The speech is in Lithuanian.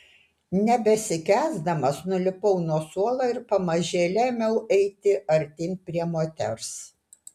nebesikęsdamas nulipau nuo suolo ir pamažėle ėmiau eiti artyn prie moters